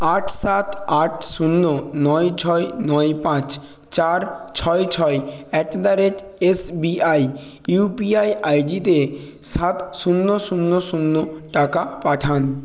আট সাত আট শূন্য নয় ছয় নয় পাঁচ চার ছয় ছয় at the rate SBI UPI আইডিতে সাত শূন্য শূন্য শূন্য টাকা পাঠান